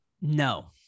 No